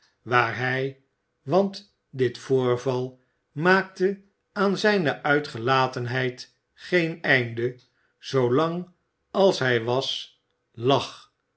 waar hij want dit voorval maakte aan zijne uitgelatenheid geen einde zoo lang als hij was lag